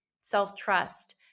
self-trust